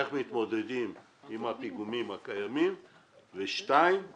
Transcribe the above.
איך מתמודדים עם הפיגומים הקיימים והבעיה השנייה היא